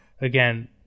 Again